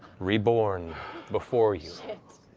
reborn before you,